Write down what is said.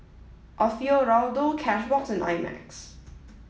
Alfio Raldo Cashbox and I Max